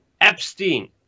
Epstein